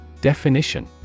Definition